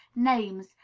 names,